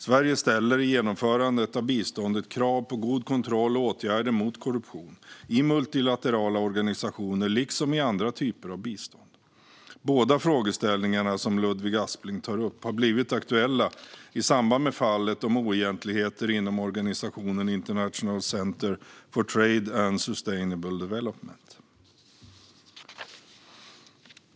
Sverige ställer i genomförandet av biståndet krav på god kontroll och åtgärder mot korruption i multilaterala organisationer liksom i andra typer av bistånd. Båda de frågeställningar som Ludvig Aspling tar upp har blivit aktuella i samband med fallet om oegentligheter inom organisationen International Centre for Trade and Sustainable Development.